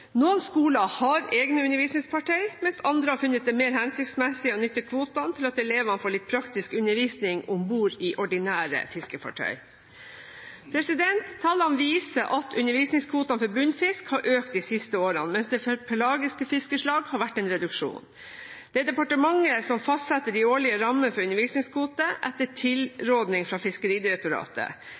Noen skoler har egne undervisningsfartøy, mens andre har funnet det mer hensiktsmessig å nytte kvotene til at elever får litt praktisk undervisning om bord i ordinære fiskefartøy. Tallene viser at undervisningskvotene for bunnfisk har økt de siste årene, mens det for pelagiske fiskeslag har vært en reduksjon. Det er departementet som fastsetter de årlige rammene for undervisningskvoter, etter tilrådning fra Fiskeridirektoratet.